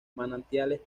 manantiales